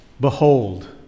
Behold